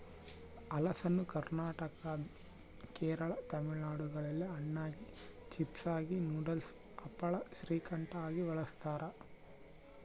ಹಲಸನ್ನು ಕರ್ನಾಟಕ ಕೇರಳ ತಮಿಳುನಾಡುಗಳಲ್ಲಿ ಹಣ್ಣಾಗಿ, ಚಿಪ್ಸಾಗಿ, ನೂಡಲ್ಸ್, ಹಪ್ಪಳ, ಶ್ರೀಕಂಠ ಆಗಿ ಬಳಸ್ತಾರ